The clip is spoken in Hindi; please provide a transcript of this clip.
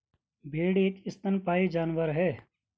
भेड़ एक स्तनपायी जानवर है